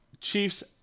Chiefs